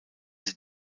sie